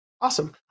awesome